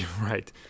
Right